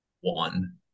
One